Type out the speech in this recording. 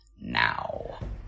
now